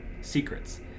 secrets